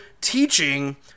teaching